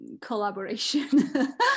collaboration